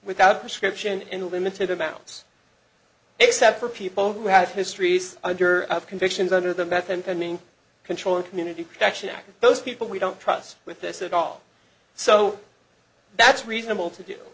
without a prescription and limited amounts except for people who have histories under convictions under the methamphetamine control and community protection act those people we don't trust with this at all so that's reasonable to do